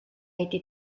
été